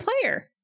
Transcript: player